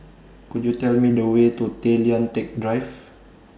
Could YOU Tell Me The Way to Tay Lian Teck Drive